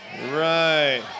Right